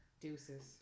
deuces